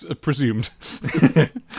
presumed